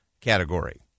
category